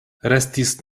restis